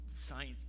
science